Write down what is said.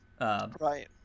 right